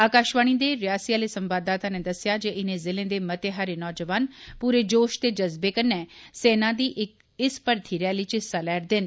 आकाशवाणी दे रियासी आले संवाददाता नै दस्सेआ जे इनें जिलें दे मते हारे नौजवान पूरे जोश ते जज्बें कन्नै सेना दी इस भर्थी रैली च हिस्सा लै'रदे न